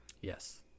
Yes